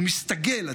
הוא מסתגל.